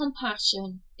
compassion